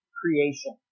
creation